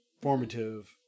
formative